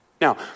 Now